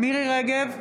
מירי מרים רגב,